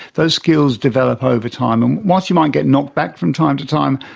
those skills develop over time. and whilst you might get knocked back from time to time,